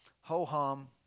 ho-hum